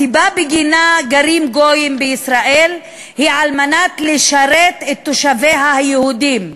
הסיבה שבגינה גרים גויים בישראל היא על מנת לשרת את תושביה היהודים.